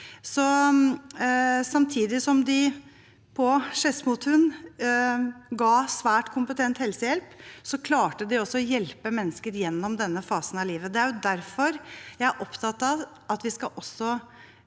Samtidig som de på Skedsmotun ga svært kompetent helsehjelp, klarte de også å hjelpe mennesker gjennom denne fasen av livet. Det er derfor jeg er opptatt av at vi også